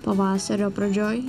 pavasario pradžioj